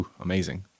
Amazing